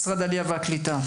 משרד העלייה והקליטה,